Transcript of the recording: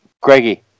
Greggy